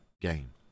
game